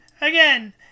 again